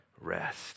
Rest